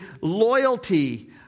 loyalty